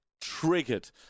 triggered